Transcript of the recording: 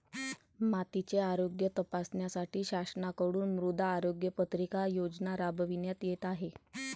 मातीचे आरोग्य तपासण्यासाठी शासनाकडून मृदा आरोग्य पत्रिका योजना राबविण्यात येत आहे